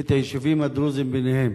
את היישובים הדרוזיים ביניהם.